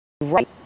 right